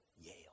Yale